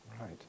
Right